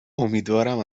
امیدوارم